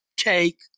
take